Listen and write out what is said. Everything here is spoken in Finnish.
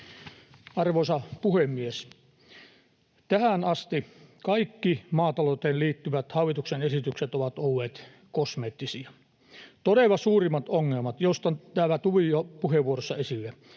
Arvoisa puhemies! Tähän asti kaikki maatalouteen liittyvät hallituksen esitykset ovat olleet kosmeettisia. Todella suurimmat ongelmat täällä tuli jo puheenvuorossa esille: